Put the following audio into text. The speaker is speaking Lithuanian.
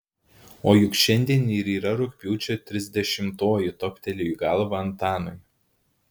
o juk šiandien ir yra rugpjūčio trisdešimtoji toptelėjo į galvą antanui